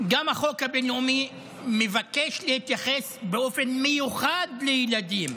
גם החוק הבין-לאומי מבקש להתייחס באופן מיוחד לילדים